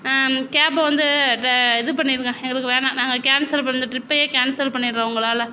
கேபை இந்த வந்து இது பண்ணிவிடுங்க எங்களுக்கு வேணாம் நாங்கள் கேன்சல் பண்ணிவிடுறோம் ட்ரிப்பையே கேன்சல் பண்ணிவிடுறோம் உங்களால்